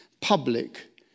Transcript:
public